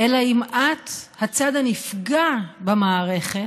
אלא אם את הצד הנפגע במערכת,